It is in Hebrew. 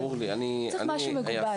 אבל צריך משהו מגובש.